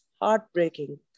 heartbreaking